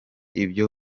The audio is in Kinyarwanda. ibyo